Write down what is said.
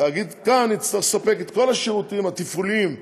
תאגיד כאן יצטרך לספק את כל השירותים התפעוליים,